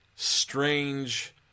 strange